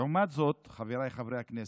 לעומת זאת, חבריי חברי הכנסת,